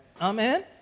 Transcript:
Amen